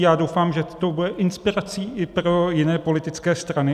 Já doufám, že to bude inspirací i pro jiné politické strany.